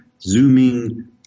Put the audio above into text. zooming